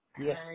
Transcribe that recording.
Yes